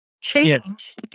Change